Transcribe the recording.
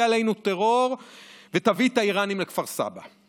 עלינו טרור ותביא את האיראנים לכפר סבא.